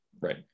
right